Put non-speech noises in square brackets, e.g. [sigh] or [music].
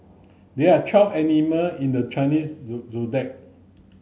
there are twelve animal in the Chinese [unintelligible]